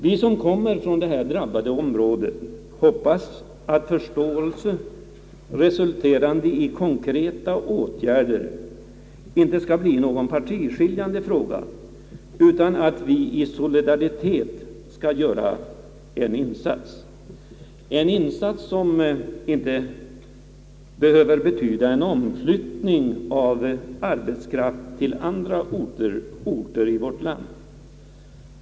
Vi som kommer från det här drabbade området hoppas att förståelse resulterande i konkreta åtgärder inte skall bli någon partiskiljande fråga, utan att vi i solidaritet skall göra en insats — en insats som inte behöver betyda en omflyttning av arbetskraft till andra orter i vårt land.